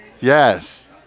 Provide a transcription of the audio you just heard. Yes